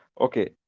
Okay